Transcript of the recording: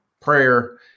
prayer